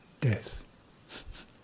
death